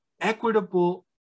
equitable